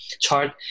chart